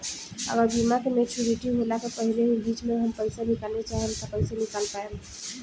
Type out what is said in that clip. अगर बीमा के मेचूरिटि होला के पहिले ही बीच मे हम पईसा निकाले चाहेम त कइसे निकाल पायेम?